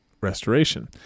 restoration